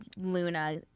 Luna